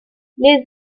les